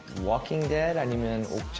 walking dead i mean and or